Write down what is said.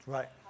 Right